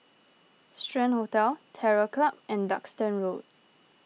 Strand Hotel Terror Club and Duxton Road